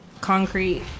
concrete